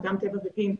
אדם טבע ודין,